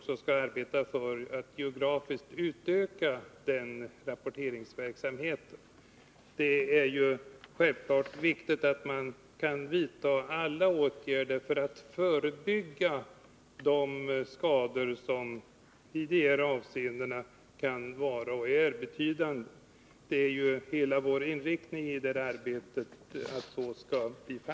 Självfallet är det viktigt — och det är vår inriktning — att vi vidtar alla åtgärder som kan förebygga skador i de här avseendena.